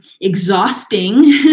exhausting